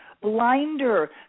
blinder